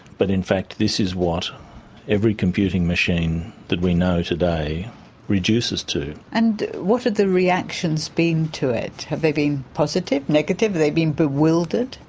but in fact this is what every computing machine that we know today reduces to. and what have the reactions been to it? have they been positive, negative? have they been bewildered?